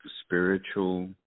spiritual